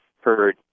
heard